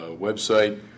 website